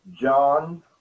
John